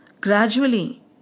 Gradually